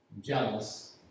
jealous